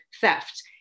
theft